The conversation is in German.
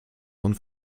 und